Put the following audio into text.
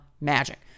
Magic